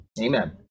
amen